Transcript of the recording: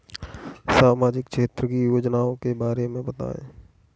सामाजिक क्षेत्र की योजनाओं के बारे में बताएँ?